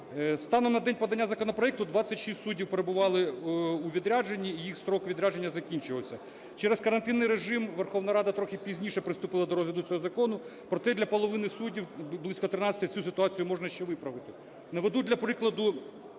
Станом на день подання законопроекту 26 суддів перебували у відрядженні і їх строк відрядження закінчувався. Через карантинний режим Верховна Рада трохи пізніше приступила до розгляду цього закону. Проте для половини суддів, близько 13, цю ситуацію можна ще виправити. Наведу для прикладу